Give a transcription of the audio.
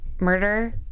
murder